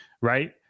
right